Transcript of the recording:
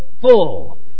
full